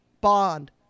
Bond